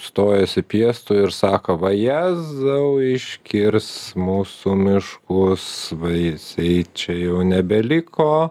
stojasi piestu ir sako va jėzau iškirs mūsų miškus vaisiai čia jau nebeliko